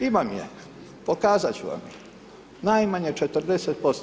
Imam je, pokazati ću vam je, najmanje 40%